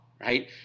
right